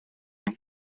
and